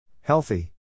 Healthy